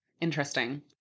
Interesting